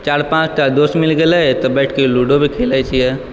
चारि पाँच टा दोस्त मिल गेलै तऽ बैठ के लूडो भी खेलै छियै